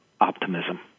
optimism